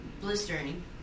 Blistering